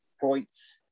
points